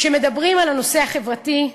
כשמדברים על הנושא החברתי,